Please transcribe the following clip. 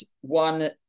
one